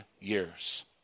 Years